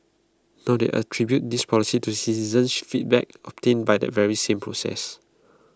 now they attribute this policy to citizens feedback obtained by that very same process